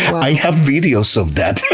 i have videos of that.